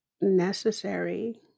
necessary